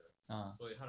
ah